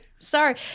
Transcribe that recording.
sorry